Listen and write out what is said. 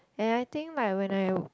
and I think like when I